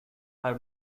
her